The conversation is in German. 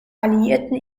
alliierten